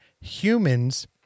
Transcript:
humans